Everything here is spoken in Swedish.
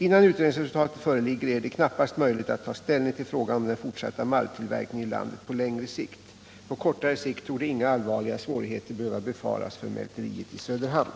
Innan utredningsresultatet föreligger är det knappast möjligt att ta ställning till frågan om den fortsatta malttillverkningen i landet på längre sikt. På kortare sikt torde inga allvarligare svårigheter behöva befaras för mälteriet i Söderhamn.